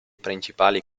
principali